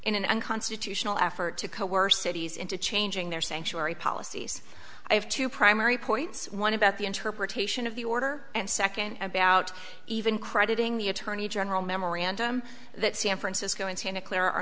in an unconstitutional effort to coerce cities into changing their sanctuary policies i have two primary points one about the interpretation of the order and second about even crediting the attorney general memorandum that san francisco and santa clara